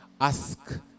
ask